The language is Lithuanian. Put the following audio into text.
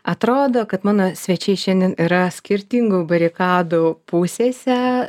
atrodo kad mano svečiai šiandien yra skirtingų barikadų pusėse